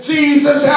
Jesus